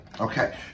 Okay